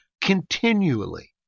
continually